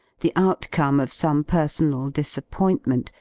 the out come of some personal disappointment,